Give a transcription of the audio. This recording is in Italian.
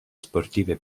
sportive